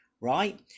right